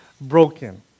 broken